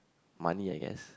money I guess